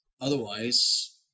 Otherwise